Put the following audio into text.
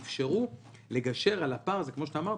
ואפשרו לגשר על הפער הזה כי כמו שאמרת,